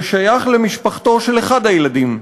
ששייך למשפחתו של אחד הילדים,